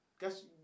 Guess